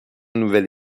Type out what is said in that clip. nouvelle